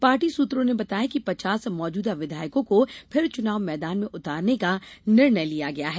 party सुत्रों ने बताया कि पचास मौजूदा विधायकों को फिर चुनाव मैदान में उतारने का निर्णय लिया गया है